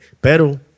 Pero